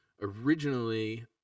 originally